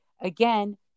Again